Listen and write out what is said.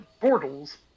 portals